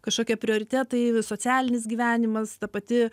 kažkokie prioritetai socialinis gyvenimas ta pati